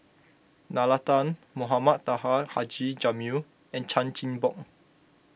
Nalla Tan Mohamed Taha Haji Jamil and Chan Chin Bock